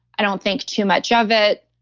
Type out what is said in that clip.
i don't think too much of it.